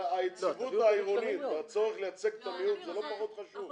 אבל היציבות העירונית והצורך לייצג את המיעוט לא פחות חשובים.